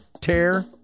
Tear